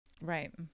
Right